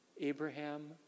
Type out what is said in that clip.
Abraham